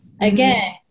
again